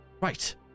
Right